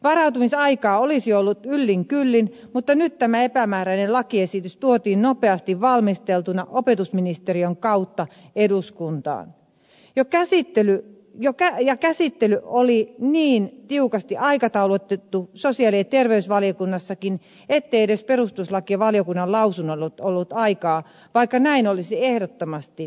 varautumisaikaa olisi ollut yllin kyllin mutta nyt tämä epämääräinen lakiesitys tuotiin nopeasti valmisteltuna opetusministeriön kautta eduskuntaan ja käsittely oli niin tiukasti aikataulutettu sosiaali ja terveysvaliokunnassakin ettei edes perustuslakivaliokunnan lausunnolle ollut aikaa vaikka näin olisi ehdottomasti pitänyt tehdä